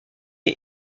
est